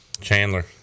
Chandler